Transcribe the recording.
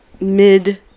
mid